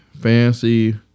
Fancy